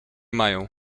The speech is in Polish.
mają